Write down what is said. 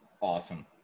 awesome